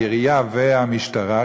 העירייה והמשטרה,